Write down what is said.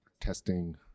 testing